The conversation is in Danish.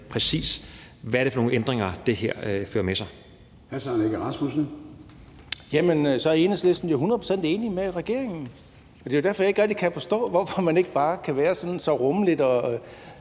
præcis hvad det er for nogle ændringer, det her fører med sig.